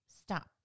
stop